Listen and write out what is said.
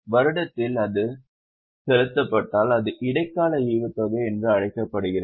வருடத்தில் அது செலுத்தப்பட்டால் அது இடைக்கால ஈவுத்தொகை என்று அழைக்கப்படுகிறது